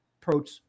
Approach